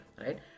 right